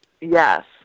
Yes